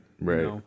Right